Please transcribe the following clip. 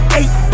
eight